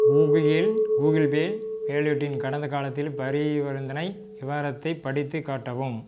கூகுளில் Google Pay வாலெட்டின் கடந்தகாலத்தில் பரிவர்த்தனை விவரத்தை படித்துக் காட்டவும்